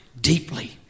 deeply